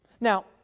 Now